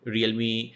Realme